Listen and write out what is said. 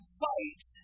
fight